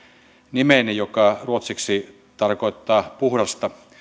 nimeeni joka ruotsiksi tarkoittaa puhdasta